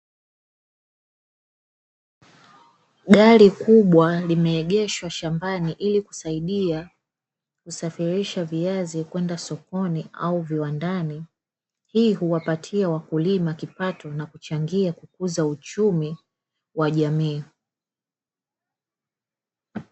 Gari kubwa limeegeshwa shambani ili kusaidia kusafirisha viazi kwenda sokoni au viwandani. Hii huwapatia wakulima kipato na kuchangia kukuza uchumi wa jamii.